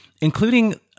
including